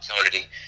opportunity